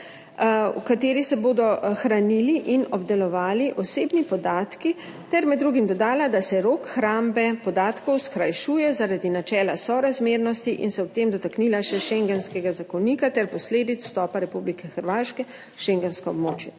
v kateri se bodo hranili in obdelovali osebni podatki, ter med drugim dodala, da se rok hrambe podatkov skrajšuje zaradi načela sorazmernosti in se ob tem dotaknila še schengenskega zakonika ter posledic vstopa Republike Hrvaške v schengensko območje.